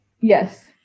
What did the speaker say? Yes